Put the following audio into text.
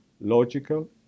logical